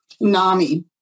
NAMI